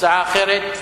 הצעה אחרת.